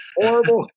horrible